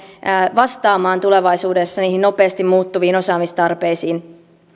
vastaamaan tulevaisuudessa niihin nopeasti muuttuviin osaamistarpeisiin